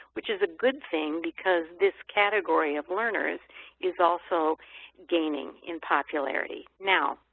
which is a good thing because this categories of learners is also gaining in popularity. now